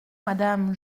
madame